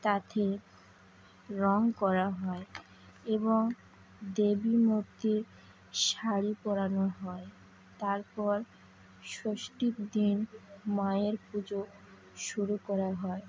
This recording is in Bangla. তাতে রঙ করা হয় এবং দেবী কে শাড়ি পরানো হয় তারপর ষষ্ঠীর দিন মায়ের পুজো শুরু করা হয়